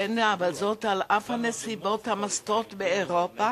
אבל כן, האמת היא, בהתחשב בנסיבות הסוטות באירופה,